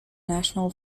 national